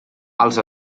als